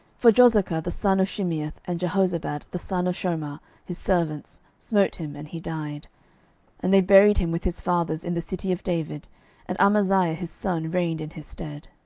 for jozachar the son of shimeath, and jehozabad the son of shomer, his servants, smote him, and he died and they buried him with his fathers in the city of david and amaziah his son reigned in his stead.